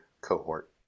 cohort